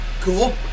Cool